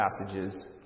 passages